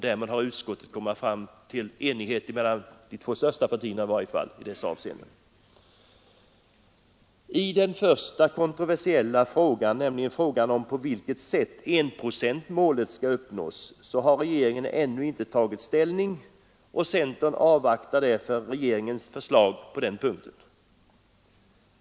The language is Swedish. Därmed har utskottet kunnat nå enighet — mellan de två största partierna, i varje fall — i dessa avseenden. I den första kontroversiella frågan, nämligen frågan om på vilket sätt enprocentsmålet skall uppnås, har regeringen ännu inte tagit ställning. Centern avvaktar därför regeringens förslag på den punkten.